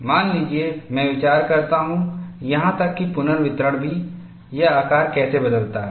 मान लीजिए मैं विचार करता हूं यहां तक कि पुनर्वितरण भी यह आकार कैसे बदलता है